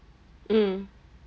um